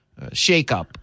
shakeup